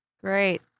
Great